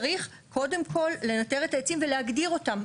צריך קודם כול לנטר את העצים ולהגדיר אותם.